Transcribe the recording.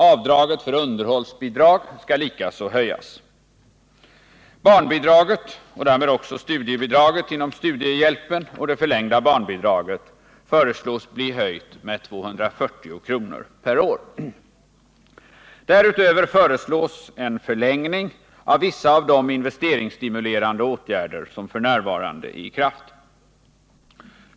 Avdraget för underhållsbidrag skall likaså höjas. Barnbidraget och därmed också studiebidraget inom studiehjälpen och det förlängda barnbidraget föreslås bli höjt med 240 kr. per år. Därutöver föreslås en förlängning av vissa av de investeringsstimulerande åtgärder som f. n. äri kraft.